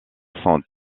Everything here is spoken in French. sont